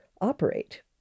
operate